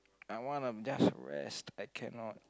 I wanna just rest I cannot